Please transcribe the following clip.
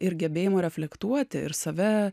ir gebėjimo reflektuoti ir save